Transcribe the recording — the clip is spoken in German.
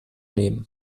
nehmen